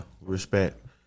respect